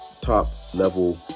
top-level